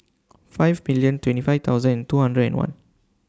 five million twenty five thousand two hundred and one